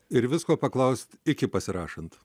ir visko paklaust iki pasirašant